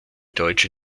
deutsche